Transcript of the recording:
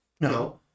No